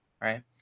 Right